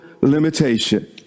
limitation